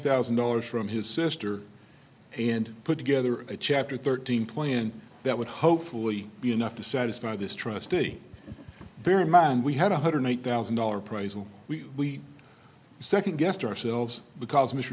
thousand dollars from his sister and put together a chapter thirteen plan that would hopefully be enough to satisfy this trustee bear in mind we had one hundred one thousand dollar prize and we second guessed ourselves because mr